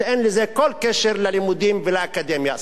שאין לזה כל קשר ללימודים ולאקדמיה.